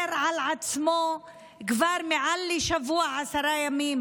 שחוזר על עצמו כבר מעל לשבוע, עשרה ימים,